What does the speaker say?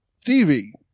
Stevie